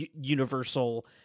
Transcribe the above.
universal